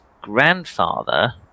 grandfather